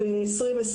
ב-2020